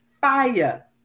fire